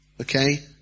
okay